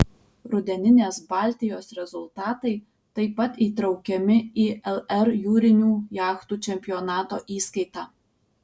rudeninės baltijos rezultatai taip pat įtraukiami į lr jūrinių jachtų čempionato įskaitą